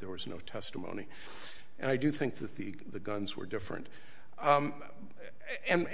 there was no testimony and i do think that the the guns were different and